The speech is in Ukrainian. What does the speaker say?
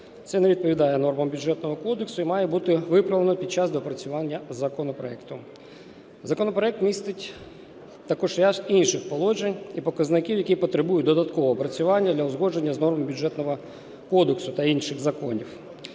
Це не відповідає нормам Бюджетного кодексу і має бути виправлено під час доопрацювання законопроекту. Законопроект містить також ряд інших положень і показників, які потребують додаткового опрацювання та узгодження з нормами Бюджетного кодексу та інших законів.